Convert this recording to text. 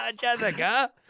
Jessica